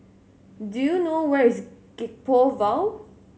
do you know where is Gek Poh Ville